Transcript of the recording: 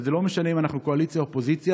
וזה לא משנה אם אנחנו קואליציה או אופוזיציה,